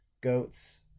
Goats